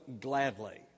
gladly